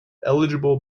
eligible